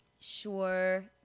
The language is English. Sure